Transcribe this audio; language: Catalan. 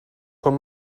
són